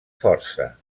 força